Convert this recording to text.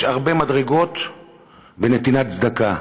יש הרבה מדרגות בנתינת צדקה,